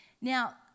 Now